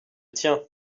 tien